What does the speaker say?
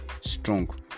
strong